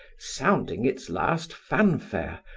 sounding its last fanfare,